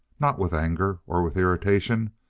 not with anger or with irritation,